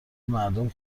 مردم